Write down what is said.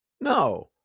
No